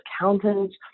accountants